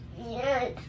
Yes